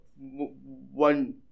one